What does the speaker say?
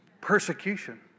Persecution